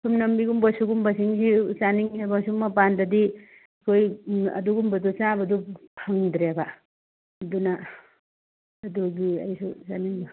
ꯁꯤꯒꯨꯝꯕꯁꯤ ꯆꯥꯅꯤꯡꯉꯦꯕ ꯁꯨꯝ ꯃꯄꯥꯟꯗꯗꯤ ꯑꯩꯈꯣꯏ ꯑꯗꯨꯒꯨꯝꯕꯗꯨ ꯆꯥꯕꯗꯨ ꯐꯪꯗ꯭ꯔꯦꯕ ꯑꯗꯨꯅ ꯑꯗꯨꯒꯤ ꯑꯩꯁꯨ ꯆꯥꯅꯤꯡꯕ